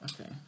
Okay